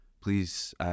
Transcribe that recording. please